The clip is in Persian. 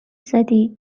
زدی